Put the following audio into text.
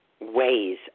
ways